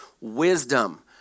wisdom